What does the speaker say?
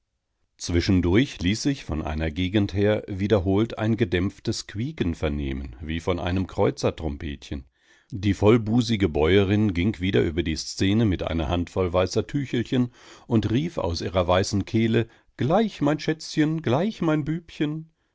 zwischendurch ließ sich von einer gegend her wiederholt ein gedämpftes quieken vernehmen wie von einem kreuzertrompetchen die vollbusige bäuerin ging wieder über die szene mit einer handvoll weißer tüchelchen und rief aus ihrer weißen kehle gleich mein schätzchen gleich mein bübchen